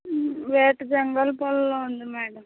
వేటజంగాలపాలెంలో ఉంది మేడం